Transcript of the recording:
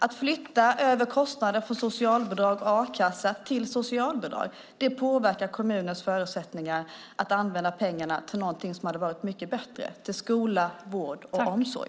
Att flytta över kostnader för sjukförsäkring och a-kassa till socialbidrag påverkar kommunernas förutsättningar att använda pengarna till något bättre, till skola, vård och omsorg.